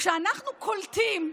כשאנחנו קולטים,